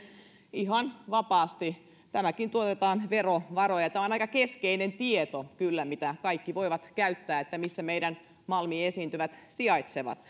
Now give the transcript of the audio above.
ihan vapaasti tämäkin tuotetaan verovaroin ja tämä on kyllä aika keskeinen tieto jota kaikki voivat käyttää siitä missä meidän malmiesiintymämme sijaitsevat